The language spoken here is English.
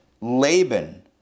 Laban